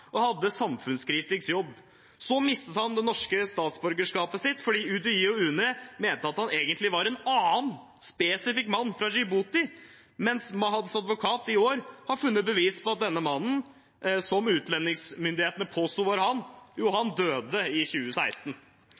og hadde en samfunnskritisk jobb. Så mistet han det norske statsborgerskapet sitt fordi UDI og UNE mente at han egentlig var en annen, spesifikk mann fra Djibouti – mens Mahads advokat i år har funnet bevis for at denne mannen som utlendingsmyndighetene påsto var ham, døde i 2016.